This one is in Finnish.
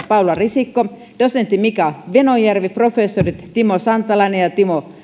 paula risikko dosentti mika venojärvi professorit timo santalainen ja timo